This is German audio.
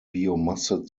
biomasse